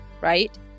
right